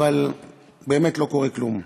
אבל באמת לא קורה כלום.